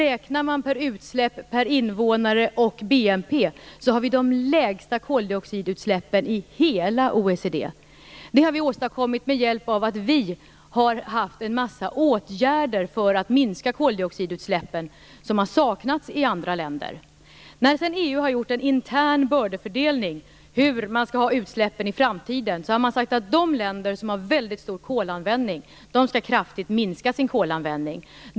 Om man räknar utsläpp per invånare och BNP ser man att vi har de lägsta koldioxidutsläppen i hela OECD. Detta har vi åstadkommit genom att vi har vidtagit en massa åtgärder för att minska koldioxidutsläppen som har saknats i andra länder. När EU sedan har gjort en intern bördefördelning, hur utsläppen skall vara i framtiden, har man sagt att de länder som har mycket stor kolanvändning kraftigt skall minska den.